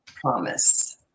promise